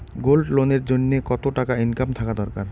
Gold loan এর জইন্যে কতো টাকা ইনকাম থাকা দরকার?